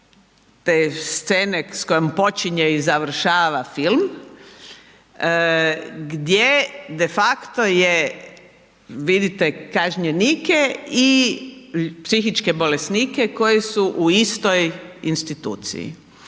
te scene s kojom počinje i završava film gdje de facto je vidite kažnjenike i psihičke bolesnike koji su istoj instituciji.